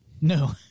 No